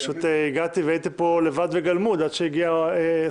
הנושא השני על סדר היום: - קביעת ועדה לדיון בהצעת